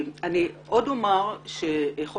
אני עוד אומר שחוק-יסוד: